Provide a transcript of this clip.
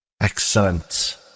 Excellent